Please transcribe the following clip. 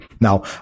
Now